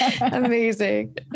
Amazing